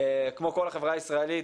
כמו כל החברה הישראלית,